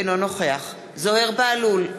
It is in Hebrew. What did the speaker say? אינו נוכח זוהיר בהלול,